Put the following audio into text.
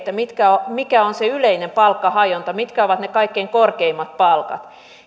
mikä on yleinen palkkahajonta mitkä ovat ne kaikkein korkeimmat palkat